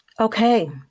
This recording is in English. okay